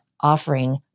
offering